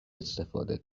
استفاده